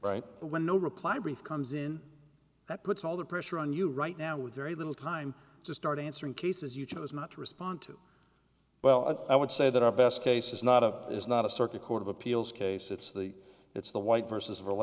right when no reply brief comes in that puts all the pressure on you right now with very little time to start answering cases you chose not to respond to well i would say that our best case is not a is not a circuit court of appeals case it's the it's the white v